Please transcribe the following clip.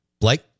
Blake